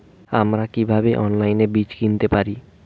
আমরা কীভাবে অনলাইনে বীজ কিনতে পারি?